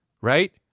right